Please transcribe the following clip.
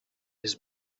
his